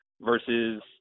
versus